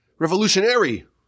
Revolutionary